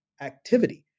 activity